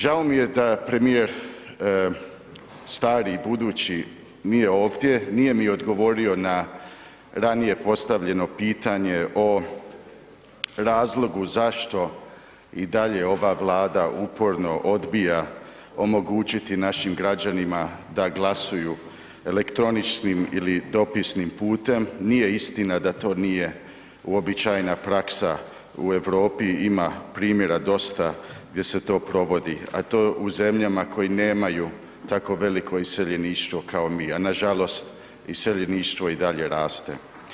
Žao mi je da premijer stari i budući nije ovdje, nije mi odgovorio na ranije postavljeno pitanje o razlogu zašto i dalje ova Vlada uporno odbija omogućiti našom građanima da glasuju elektroničnim ili dopisnim putem, nije istina da to nije uobičajena praksa u Europi, ima primjera dosta gdje se to provodi a to je u zemljama koje nemaju tako veliko iseljeništvo kao mi a nažalost iseljeništvo i dalje raste.